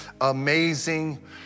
amazing